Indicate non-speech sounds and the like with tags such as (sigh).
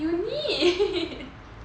you need (laughs)